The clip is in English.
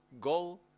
goal